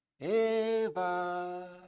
Eva